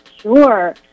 Sure